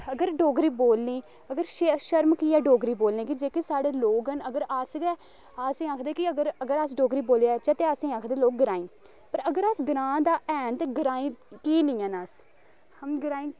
अगर डोगरी बोलनी अगर शर्म की ऐ डोगरी बोलने गी जेह्के साढ़े लोग न अगर अस गै असें आखदे अगर अगर अस डोगरी बोलदे जाचै ते असें आखदे लोग ग्राईं पर अगर अस ग्रांऽ दा हैन ते ग्राईं की नी हैन अस हम ग्राईं